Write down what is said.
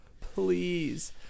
please